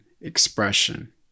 expression